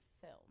film